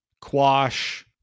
Quash